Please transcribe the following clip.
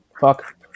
Fuck